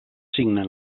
signen